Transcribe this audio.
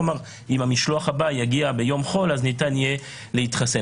הוא אמר שאם המשלוח הבא יגיע ביום חול אז ניתן יהיה להתחסן.